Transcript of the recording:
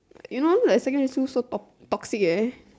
you know like secondary school so to~ toxic eh